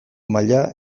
maila